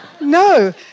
No